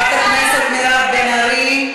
חברת הכנסת מירב בן ארי.